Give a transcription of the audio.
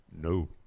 no